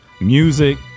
Music